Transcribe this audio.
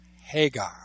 Hagar